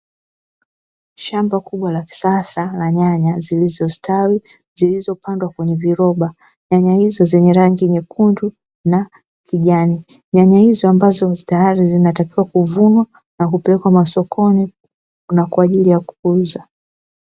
Shamba kubwa la kisasa la nyanya zilizo stawi zilizopandwa kwenye viroba, nyanya hizo zenye rangi nyekundu na kijani. Nyanya hizo ambazo tayari zinatakiwa kuvunwa na kupelekwa masokoni na kwa ajili ya kuuza.